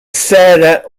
sarah